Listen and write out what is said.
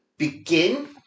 begin